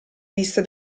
vista